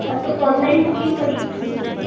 अच्छा तो online booking करी थी सीट